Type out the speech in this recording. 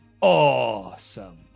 awesome